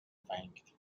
verhängt